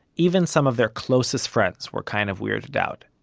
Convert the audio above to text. even some of their closest friends were kind of weirded out.